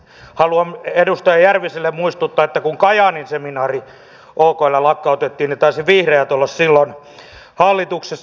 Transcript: haluan edustaja järviselle muistuttaa että kun kajaanin okl lakkautettiin niin taisivat vihreät olla silloin hallituksessa